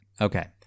Okay